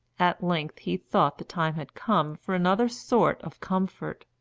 at length he thought the time had come for another sort of comfort.